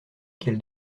qu’elle